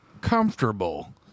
comfortable